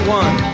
one